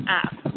app